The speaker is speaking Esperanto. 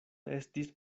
estis